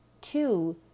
two